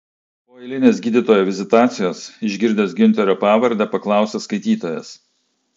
po eilinės gydytojo vizitacijos išgirdęs giunterio pavardę paklausė skaitytojas